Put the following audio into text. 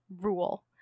rule